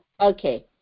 Okay